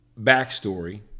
backstory